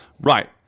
Right